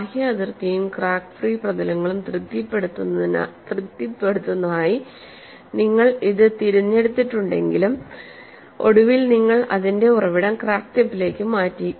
ബാഹ്യ അതിർത്തിയും crack free പ്രതലങ്ങളും തൃപ്തിപ്പെടുത്തുന്നതായി നിങ്ങൾ ഇത് തിരഞ്ഞെടുത്തിട്ടുണ്ടെങ്കിലും ഒടുവിൽ നിങ്ങൾ അതിന്റെ ഉറവിടം ക്രാക്ക് ടിപ്പിലേക്ക് മാറ്റി